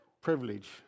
privilege